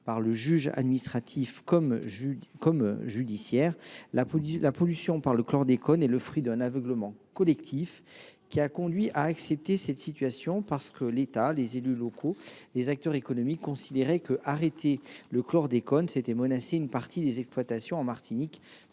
par le juge administratif comme par le juge judiciaire, la pollution par le chlordécone est le fruit d’un aveuglement collectif qui a conduit à accepter cette situation, parce que l’État, les élus locaux et les acteurs économiques considéraient qu’arrêter le chlordécone, c’était menacer une partie des exploitations en Martinique